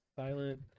Silent